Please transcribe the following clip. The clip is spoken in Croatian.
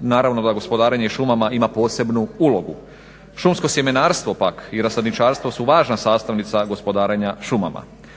naravno da gospodarenje šumama ima posebnu ulogu. Šumsko sjemenarstvo pak i rasadničarstvo su važna sastavnica gospodarenja šumama.